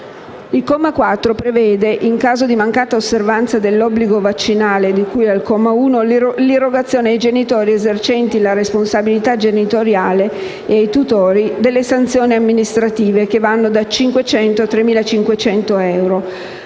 Il comma 4 prevede, in caso di mancata osservanza dell'obbligo vaccinale di cui al comma 1, l'irrogazione ai genitori esercenti la responsabilità genitoriale e ai tutori della sanzioni amministrative di valore compreso da i 500 e i 3.500 euro.